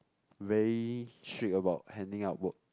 very strict about handing up work